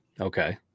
Okay